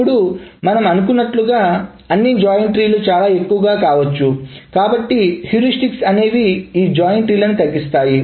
ఇప్పుడు మనం అనుకున్నట్లుగా అన్ని జాయిన్ ట్రీ లు చాలా ఎక్కువ కావచ్చు కాబట్టి హ్యూరిస్టిక్స్ అనేవి ఈ జాయిన్ ట్రీ లని తగ్గిస్తాయి